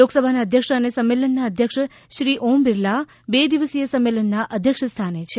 લોકસભાના અધ્યક્ષ અને સંમેલનના અધ્યક્ષ શ્રી ઓમ બિરલા બે દિવસીય સંમેલનના અધ્યક્ષ સ્થાને છે